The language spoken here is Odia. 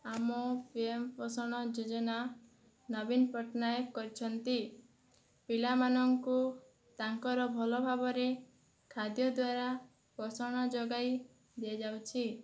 ଆମ ପି ଏମ୍ ପୋଷଣ ଯୋଜନା ନବୀନ ପଟ୍ଟନାୟକ କରିଛନ୍ତି ପିଲାମାନଙ୍କୁ ତାଙ୍କର ଭଲ ଭାବରେ ଖାଦ୍ୟ ଦ୍ୱାରା ପୋଷଣ ଯୋଗାଇ ଦିଆଯାଉଛି